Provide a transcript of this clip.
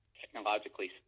technologically